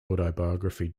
autobiography